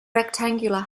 rectangular